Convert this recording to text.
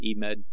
Emed